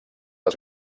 les